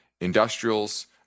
industrials